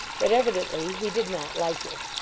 but evidently he did not like it.